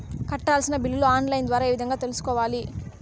కట్టాల్సిన బిల్లులు online ద్వారా ఏ విధంగా తెలుసుకోవాలి?